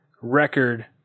record